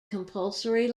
compulsory